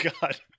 God